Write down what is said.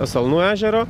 asalnų ežero